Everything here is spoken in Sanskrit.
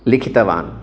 लिखितवान्